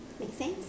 make sense